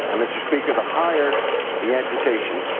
and mr. speaker, the higher the amputation,